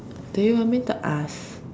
do you want me to ask